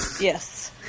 Yes